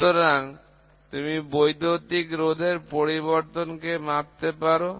সুতরাং তুমি বৈদ্যুতিক রোধের পরিবর্তন কে মাপতে পারো